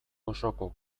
osoko